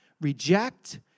reject